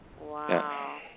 Wow